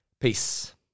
Peace